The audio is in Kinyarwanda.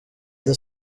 the